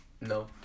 No